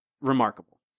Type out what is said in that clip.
remarkable